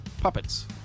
puppets